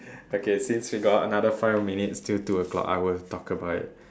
okay since we got another more five minutes till two o-clock I will talk about it